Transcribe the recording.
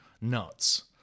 nuts